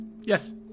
Yes